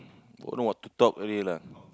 don't know what to talk already lah